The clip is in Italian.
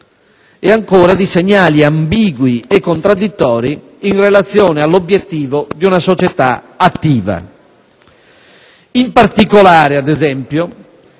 e, ancora, di segnali ambigui e contraddittori in relazione all'obiettivo di una società attiva. In particolare, ad esempio,